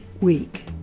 week